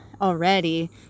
already